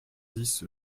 dix